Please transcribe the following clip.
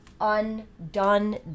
undone